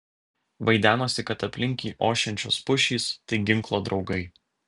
vaidenosi kad aplink jį ošiančios pušys tai ginklo draugai